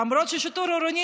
למרות ששיטור עירוני,